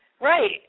right